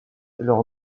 leur